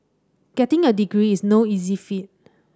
getting a degree is no easy feat